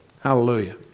Hallelujah